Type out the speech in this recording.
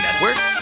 Network